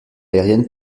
aériennes